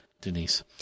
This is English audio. Denise